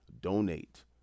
Donate